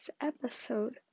episode